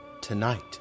tonight